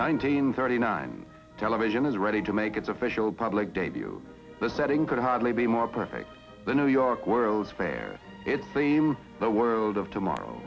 nineteen thirty nine television is ready to make its official public debut the setting could hardly be more perfect than new york world's fair it seems the world of tomorrow